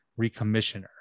recommissioner